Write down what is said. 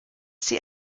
sie